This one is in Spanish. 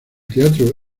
teatro